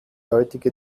heutige